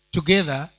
Together